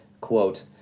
quote